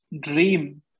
dream